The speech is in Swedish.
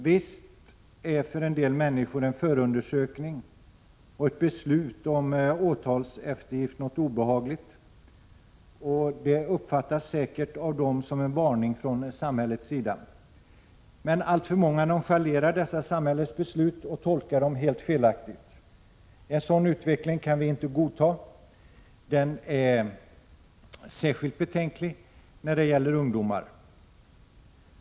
Visst är för en del människor förundersökning och beslut om åtalseftergift något obehagligt och uppfattas säkert av dem som en varning från samhällets sida. Men alltför många nonchalerar dessa samhällets beslut och tolkar dem helt felaktigt. En sådan utveckling kan vi inte godta. Den är särskilt betänklig när det gäller ungdomar.